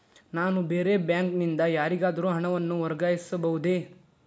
ನಾನು ಬೇರೆ ಬ್ಯಾಂಕ್ ನಿಂದ ಯಾರಿಗಾದರೂ ಹಣವನ್ನು ವರ್ಗಾಯಿಸಬಹುದೇ?